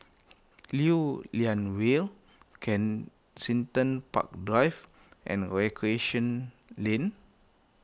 Lew Lian Vale Kensington Park Drive and Recreation Lane